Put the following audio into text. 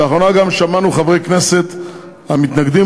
לאחרונה גם שמענו חברי כנסת המתנגדים